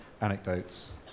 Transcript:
anecdotes